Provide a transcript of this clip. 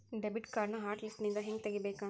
debit ಕಾರ್ಡ್ನ hot ಲಿಸ್ಟ್ನಿಂದ ಹೆಂಗ ತೆಗಿಬೇಕ